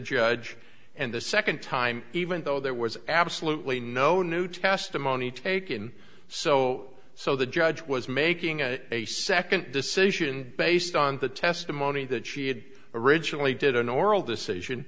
judge and the second time even though there was absolutely no new testimony taken so so the judge was making a second decision based on the testimony that she had originally did an oral decision